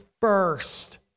first